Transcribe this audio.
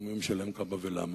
ומי משלם כמה ולמה,